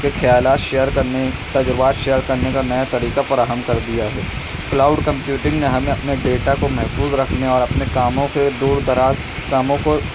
کے خیالات شیئر کرنے تجربات شیئر کرنے کا نیا طریقہ فراہم کر دیا ہے کلاؤڈ کمپیوٹنگ نے ہمیں اپنے ڈیٹا کو محفوظ رکھنے اور اپنے کاموں کے دور دراز کاموں کو